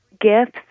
gifts